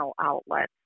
outlets